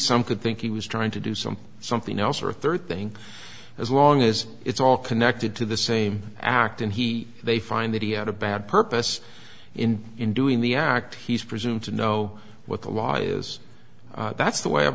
some could think he was trying to do some something else or third thing as long as it's all connected to the same act and he they find that he had a bad purpose in in doing the act he's presumed to know what the law is that's the way i've